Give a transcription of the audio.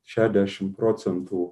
šešiasdešimt procentų